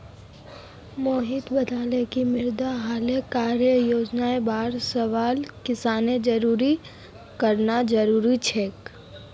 मोहित बताले कि मृदा हैल्थ कार्ड योजनार बार सबला किसानक जागरूक करना जरूरी छोक